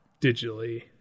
Digitally